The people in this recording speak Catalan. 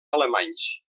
alemanys